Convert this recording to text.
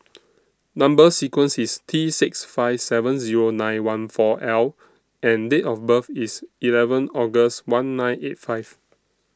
Number sequence IS T six five seven Zero nine one four L and Date of birth IS eleven August one nine eight five